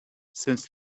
since